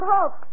Hope